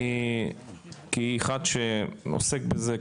אני כאחד שעוסק בזה,